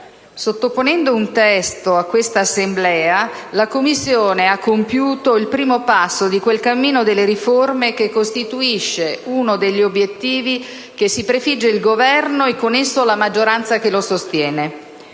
sottoponendo un testo a questa Assemblea, la Commissione ha compiuto il primo passo di quel cammino delle riforme che costituisce uno degli obiettivi che si prefigge il Governo e con esso la maggioranza che lo sostiene.